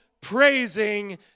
praising